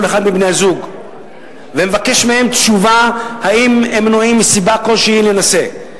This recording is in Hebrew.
אחד מבני-הזוג ומבקש מהם תשובה אם הם מנועים מסיבה כלשהי להינשא.